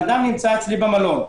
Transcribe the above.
אצלי במלון,